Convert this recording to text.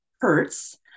hurts